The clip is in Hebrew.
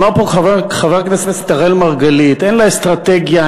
ואמר פה חבר הכנסת אראל מרגלית: אין לה אסטרטגיה,